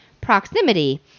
proximity